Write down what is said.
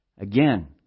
again